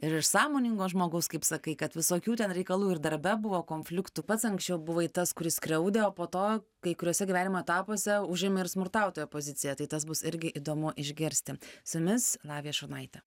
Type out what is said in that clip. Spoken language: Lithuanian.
ir iš sąmoningo žmogaus kaip sakai kad visokių ten reikalų ir darbe buvo konfliktų pats anksčiau buvai tas kuris skriaudė o po to kai kuriuose gyvenimo etapuose užimi ir smurtautojo poziciją tai tas bus irgi įdomu išgirsti su jumis lavija šurnaitė